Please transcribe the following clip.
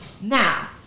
Now